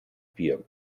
bier